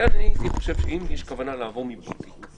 לכן אני חושב שאם יש כוונה לעבור מבוטיק,